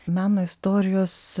meno istorijos